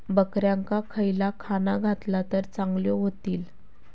बकऱ्यांका खयला खाणा घातला तर चांगल्यो व्हतील?